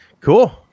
cool